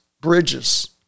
bridges